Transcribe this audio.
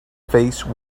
face